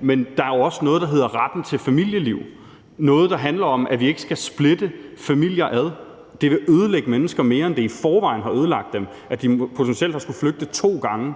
men der er jo også noget, der hedder retten til familieliv, noget, der handler om, at vi ikke skal splitte familier ad. Det vil ødelægge mennesker mere, end det i forvejen har ødelagt dem, at de potentielt skal flygte to gange.